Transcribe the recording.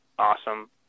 awesome